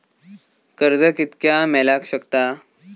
कर्ज कितक्या मेलाक शकता?